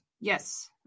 yes